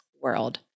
world